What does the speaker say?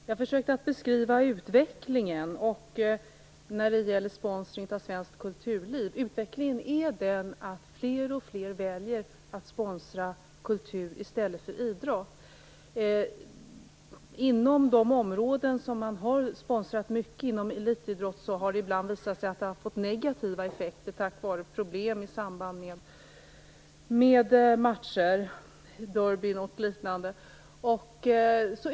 Herr talman! Jag försökte att beskriva utvecklingen när det gäller sponsringen av svenskt kulturliv. Utvecklingen är att fler och fler väljer att sponsra kultur i stället för idrott. Sponsring inom områden som man har sponsrat mycket, t.ex. elitidrott, har ibland visat sig ge negativa effekter, tack vare problem i samband med matcher och derbyn.